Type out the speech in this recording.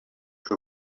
que